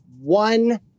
one